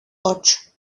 ocho